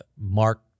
Mark